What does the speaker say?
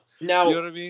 Now